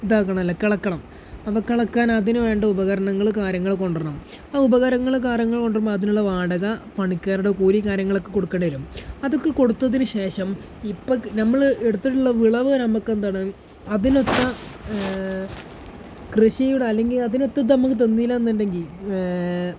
ഇതാക്കണമല്ലോ കിളക്കണം അപ്പോൾ കിളക്കാൻ അതിനുവേണ്ട ഉപകരണങ്ങൾ കാര്യങ്ങൾ കൊണ്ടുവരണം ആ ഉപകരങ്ങൾ കാര്യങ്ങൾ കൊണ്ടുവരുമ്പോൾ അതിനുള്ള വാടക പണിക്കാരുടെ കൂലി കാര്യങ്ങളൊക്കെ കൊടുക്കേണ്ടിവരും അതൊക്കെ കൊടുത്തതിനുശേഷം ഇപ്പോൾ നമ്മൾ എടുത്തിട്ടുള്ള വിളവ് നമ്മൾക്കെന്താണ് അതിനൊത്ത കൃഷിയുടെ അല്ലെങ്കിൽ അതിനൊത്തത് നമുക്ക് തന്നില്ലയെന്നുണ്ടെങ്കിൽ